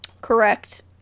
correct